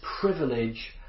privilege